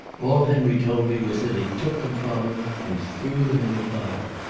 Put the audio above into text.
all henry told me was that he took them from him and threw them in the fire.